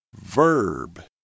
Verb